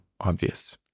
obvious